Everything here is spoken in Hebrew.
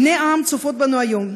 עיני העם צופות בנו היום,